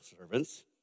servants